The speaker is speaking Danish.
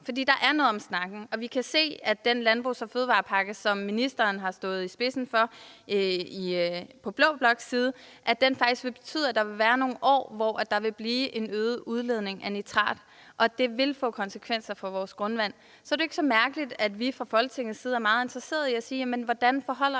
fordi der er noget om snakken, og vi kan se, at den fødevare- og landbrugspakke, som ministeren har stået i spidsen for på blå bloks side, faktisk vil betyde, at der vil være nogle år, hvor der vil blive en øget udledning af nitrat, og at det vil få konsekvenser for vores grundvand. Så er det jo ikke så mærkeligt, at vi fra Folketingets side er meget interesseret i at spørge: Hvordan forholder